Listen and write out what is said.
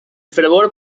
fervor